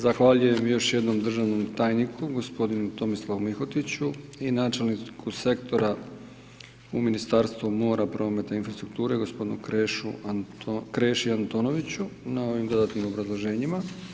Zahvaljujem još jednom državnom tajniku gospodinu Tomislavu Mihotiću i načelniku sektora u Ministarstvu mora, prometa i infrastrukture gospodinu Krešu, Kreši Antonoviću na ovim dodatnim obrazloženjima.